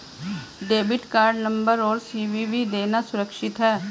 Debit card number और CVV देना सुरक्षित है?